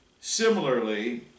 Similarly